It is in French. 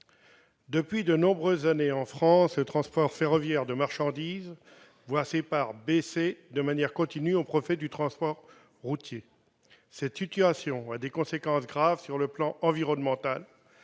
depuis de nombreuses années, en France, le transport ferroviaire de marchandises voit ses parts baisser de manière continue au profit du transport routier. Cette situation a des conséquences graves sur le plan environnemental,